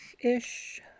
ish